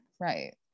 right